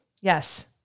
Yes